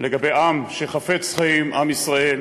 בין עם שחפץ חיים, עם ישראל,